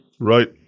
Right